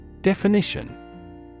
Definition